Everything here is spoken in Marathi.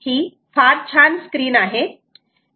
आपल्यासाठी ही फार छान स्क्रीन आहे